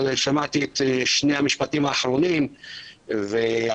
שמעתי את שני המשפטים האחרונים ואני